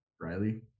Riley